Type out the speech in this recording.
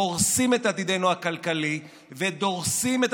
הורסים את עתידנו הכלכלי ודורסים את